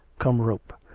come rope!